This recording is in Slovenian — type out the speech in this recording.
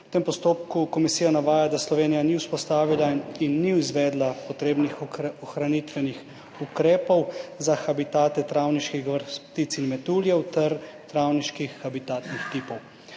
V tem postopku komisija navaja, da Slovenija ni vzpostavila in ni izvedla potrebnih ohranitvenih ukrepov za habitate travniških vrst ptic in metuljev ter travniških habitatnih tipov.